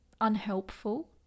unhelpful